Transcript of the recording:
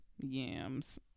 yams